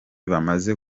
bamaze